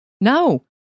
No